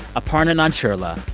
aparna nancherla,